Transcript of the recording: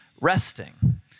resting